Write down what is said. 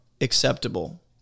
acceptable